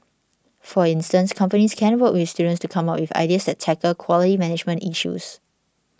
for instance companies can work with students to come up with ideas that tackle quality management issues